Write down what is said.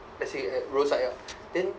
let's say at roadside ah then